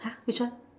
which one